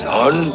on